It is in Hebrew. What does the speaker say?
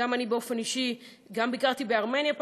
אני באופן אישי גם ביקרתי בארמניה,